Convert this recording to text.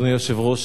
אדוני היושב-ראש,